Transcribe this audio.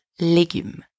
légumes